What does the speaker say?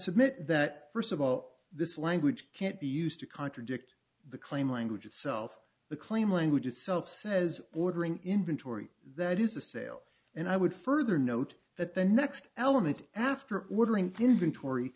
submit that first of all this language can't be used to contradict the claim language itself the claim language itself says bordering inventory that is a sale and i would further note that the next element after ordering thin inventory